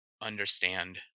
understand